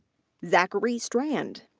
zachary strand.